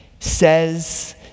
says